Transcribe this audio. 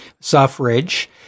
suffrage